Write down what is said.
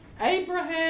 Abraham